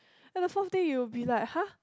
then the fourth day you'll be like !huh!